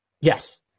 Yes